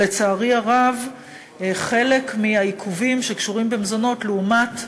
לצערי הרב, חלק מהעיכובים שקשורים במזונות, לעומת,